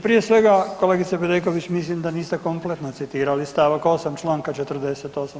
Prije svega kolegice Bedeković mislim da niste kompletno citirali stavak 8. Članak 48.